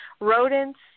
Rodents